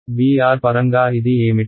VR పరంగా ఇది ఏమిటి